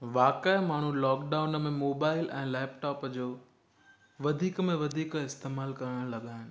वाक़ई में माण्हू लॉकडाउन में मोबाइल ऐं लैपटॉप जो वधीक में वधीक इस्तेमालु करण लॻा आहिनि